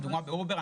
לעובדי אובר,